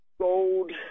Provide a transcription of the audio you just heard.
Gold